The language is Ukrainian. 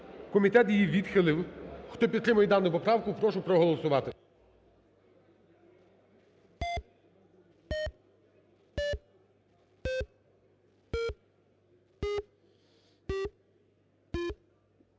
Комітет її відхилив. Хто підтримує дану поправку, прошу проголосувати.